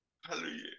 Hallelujah